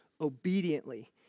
obediently